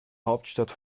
hauptstadt